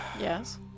Yes